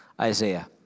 Isaiah